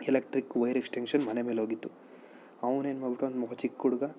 electric wire extension ಮನೆ ಮೇಲೆ ಹೋಗಿತ್ತು ಅವನೇನು ಮಾಡಿಬಿಟ್ಟ ಒಂದು ಮಗ ಚಿಕ್ಕ ಹುಡುಗ